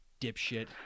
dipshit